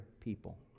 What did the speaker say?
people